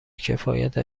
کفایت